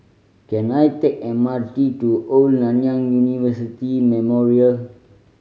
can I take M R T to Old Nanyang University Memorial